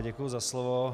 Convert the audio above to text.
Děkuji za slovo.